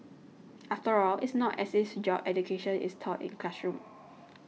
after all it's not as if job education is taught in classrooms